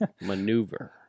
Maneuver